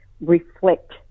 reflect